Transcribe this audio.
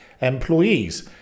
employees